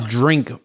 drink